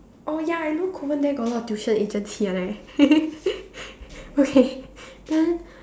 oh ya I know Kovan there got a lot of tuition agency right okay then